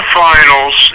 finals